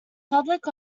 public